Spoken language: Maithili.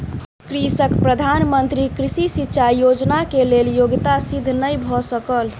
कृषकक प्रधान मंत्री कृषि सिचाई योजना के लेल योग्यता सिद्ध नै भ सकल